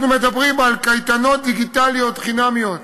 אנחנו מדברים על קייטנות דיגיטליות חינמיות.